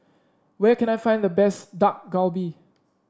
where can I find the best Dak Galbi